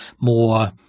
more